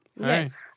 Yes